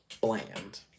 bland